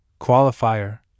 qualifier